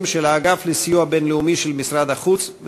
של האגף לסיוע בין-לאומי של משרד החוץ,